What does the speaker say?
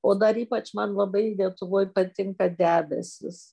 o dar ypač man labai lietuvoj patinka debesys